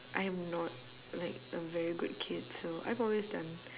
I am not like a very good kid so I've always done